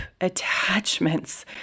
attachments